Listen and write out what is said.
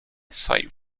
aside